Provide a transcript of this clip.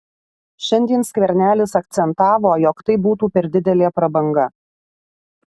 šiandien skvernelis akcentavo jog tai būtų per didelė prabanga